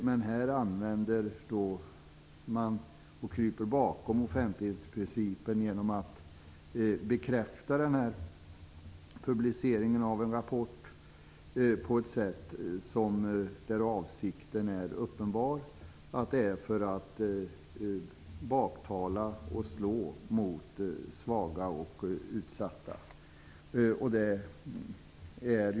Men i detta fall använder man och kryper man bakom offentlighetsprincipen genom att bekräfta publiceringen av en rapport på ett sådant sätt att avsikten är uppenbar, nämligen för att baktala och slå mot svaga och utsatta människor.